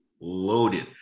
loaded